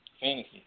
Fantasy